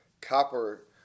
copper